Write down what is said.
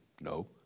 No